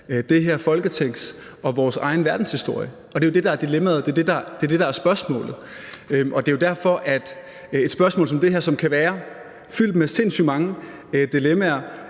det her Folketings og vores egen verdenshistorie, og det er jo det, der er dilemmaet, og det er det, der er spørgsmålet. Det er jo derfor, at et spørgsmål som det her kan være fuldt af sindssygt mange dilemmaer